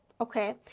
okay